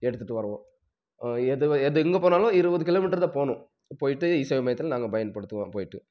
எடுத்துட்டு வருவோம் எதுவும் எது எங்கே போனாலும் இருபது கிலோமீட்டர் தான் போகணும் போய்ட்டு இசேவை மையத்தில் நாங்கள் பயன்படுத்துவோம் போய்ட்டு